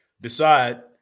decide